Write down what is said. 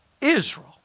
Israel